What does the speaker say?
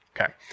Okay